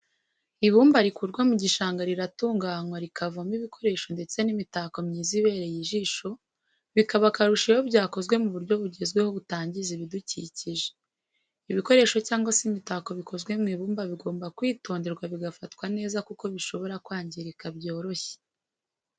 Ibumba rikurwa mu gishanga riratunganywa rikavamo ibikoresho ndetse n'imitako myiza ibereye ijisho bikaba akarusho iyo byakozwe mu buryo bugezweho butangiza ibidukikije. ibikoresho cyangwa se imitako bikozwe mu ibumba bigomba kwitonderwa bigafatwa neza kuko bishobora kwangirika byoroshye.